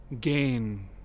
Gain